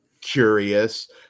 curious